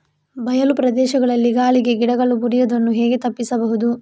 ಬಯಲು ಪ್ರದೇಶದಲ್ಲಿ ಗಾಳಿಗೆ ಗಿಡಗಳು ಮುರಿಯುದನ್ನು ಹೇಗೆ ತಪ್ಪಿಸಬಹುದು?